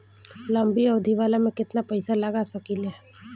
लंबी अवधि वाला में केतना पइसा लगा सकिले?